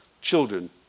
children